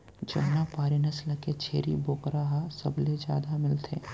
जमुना पारी नसल के छेरी बोकरा ह सबले जादा मिलथे